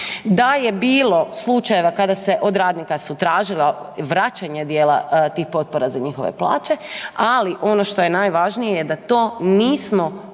da je bilo slučajeva kada se od radnika su tražila vraćanje dijela tih potpora za njihove plaće, ali ono što je najvažnije da to nismo